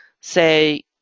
say